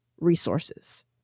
resources